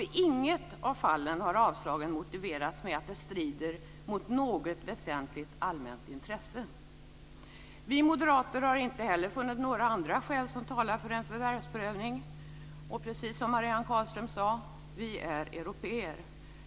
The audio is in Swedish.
Inte i något av fallen har avslagen motiverats med att det strider mot något väsentligt allmänt intresse. Vi moderater har inte heller funnit några andra skäl som talar för en förvärvsprövning. Precis som Marianne Carlsson sade: Vi är européer.